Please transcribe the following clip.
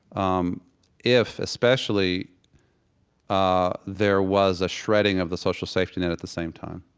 um if especially ah there was a shredding of the social safety net at the same time.